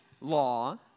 law